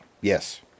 Yes